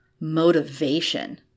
motivation